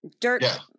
dirt